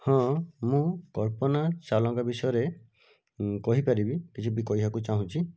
ହଁ ମୁଁ କଳ୍ପନା ଚାୱଲାଙ୍କ ବିଷୟରେ କହିପାରିବି କିଛିବି କହିବାକୁ ଚାଁହୁଛି